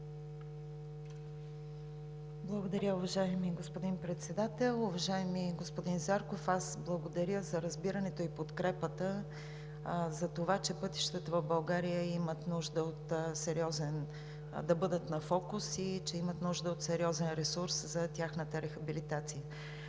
Благодаря, уважаеми господин Председател. Уважаеми господин Зарков, аз благодаря за разбирането и подкрепата за това, че пътищата в България имат нужда да бъдат на фокус и че имат нужда от сериозен ресурс за тяхната рехабилитация.